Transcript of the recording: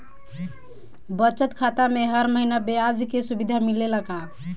बचत खाता में हर महिना ब्याज के सुविधा मिलेला का?